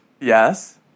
Yes